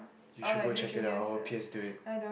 you should go check it out please do it